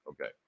Okay